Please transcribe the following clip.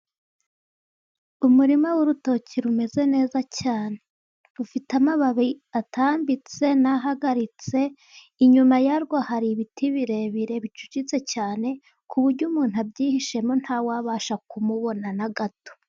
Umurima w' urutoki rumeze neza cyane, rufite amababi atambitse na ahagaritse, inyuma yarwo hari ibiti birebire bicucitse cyane, ku buryo umuntu abyihishemo nta wababasha kumubona na gato.